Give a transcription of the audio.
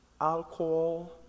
alcohol